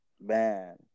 man